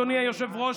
אדוני היושב-ראש,